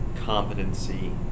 competency